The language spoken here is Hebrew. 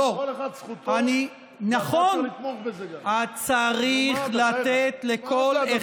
לא, כל אחד זכותו, ואתה צריך לתמוך בזה גם.